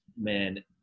man